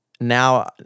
now